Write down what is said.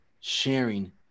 sharing